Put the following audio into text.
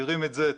מכירים את זה,